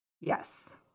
Yes